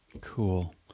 Cool